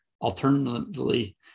Alternatively